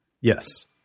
yes